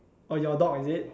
oh your dog is it